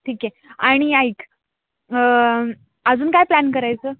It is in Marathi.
ठीक आहे आणि ऐक अजून काय प्लॅन करायचं